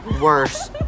Worse